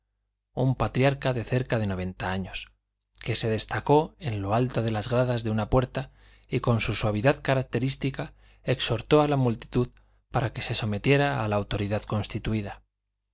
un patriarca de cerca de noventa años que se destacó en lo alto de las gradas de una puerta y con su suavidad característica exhortó a la multitud para que se sometiera a la autoridad constituída